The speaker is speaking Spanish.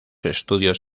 estudios